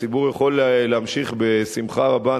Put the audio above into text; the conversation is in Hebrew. הציבור יכול להמשיך בשמחה רבה,